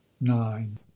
nine